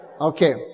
okay